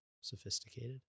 sophisticated